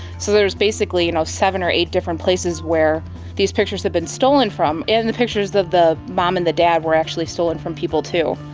so there's basically you know seven or eight different places where these pictures have been stolen from, and the pictures of the mom and the dad were actually stolen from people too.